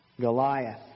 Goliath